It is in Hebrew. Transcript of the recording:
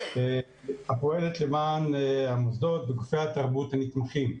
הפועלת למען המוסדות וגופי התרבות הנתמכים.